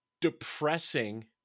depressing